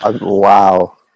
Wow